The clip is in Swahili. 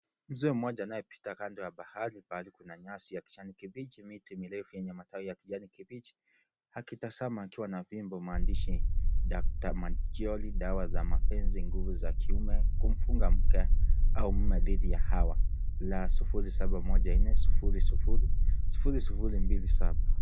Mzee mmoja anayepita kando ya bahari pahali kuna nyasi ya kijani kibichi miti mirefu yenye Matawi ya kijani kibichi ,akitazama akiwa na fimbo maandishi "Doctor Manchiori, dawa za mapenzi ,nguvu za kiume ,kumfunga mke, au mume dhidi ya hawa." La sufuri saba moja nne ,sufuri sufuri ,sufuri sufuri mbili saba.